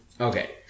Okay